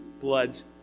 blood's